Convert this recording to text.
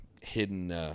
hidden